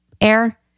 air